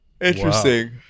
Interesting